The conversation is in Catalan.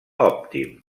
òptim